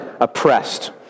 oppressed